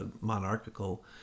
monarchical